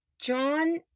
John